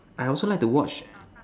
I also like to watch